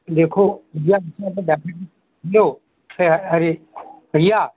देखो जब लो से अरे भैया